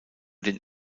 den